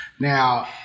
Now